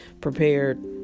prepared